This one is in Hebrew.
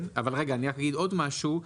אבל רגע אני אגיד עוד משהו.